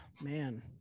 man